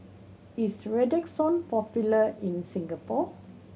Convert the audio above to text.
is Redoxon popular in Singapore